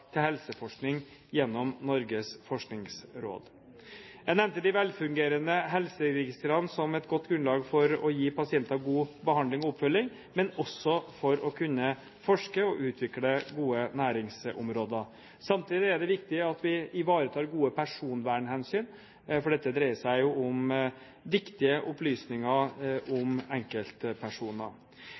til helseforskning gjennom Norges forskningsråd. Jeg nevnte de velfungerende helseregistrene som et godt grunnlag for å gi pasientene god behandling og oppfølging, men også for å kunne forske på og utvikle gode næringsområder. Samtidig er det viktig at vi ivaretar gode personvernhensyn, for dette dreier seg jo om viktige opplysninger om enkeltpersoner.